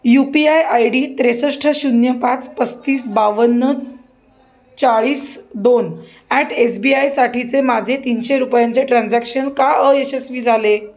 you P I I D त्रेत्रेसष्ट शून्य पाच पस्तीस बावन्न चाळीस दोन ॲट एस बी आयसाठीचे माझे तीनशे रुपयांचे ट्रान्झॅक्शन का अयशस्वी झाले